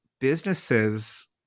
businesses